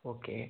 okay